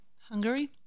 Hungary